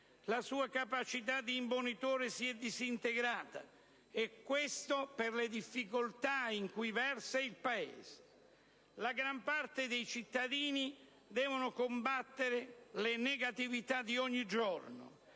la sua capacità di imbonitore si è disintegrata e questo per le difficoltà in cui versa il Paese. La gran parte dei cittadini deve combattere le negatività di ogni giorno: